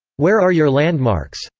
where are your landmarks?